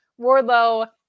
Wardlow